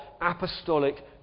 apostolic